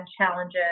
challenges